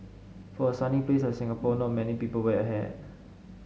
for a sunny place like Singapore not many people wear a hat